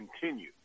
continue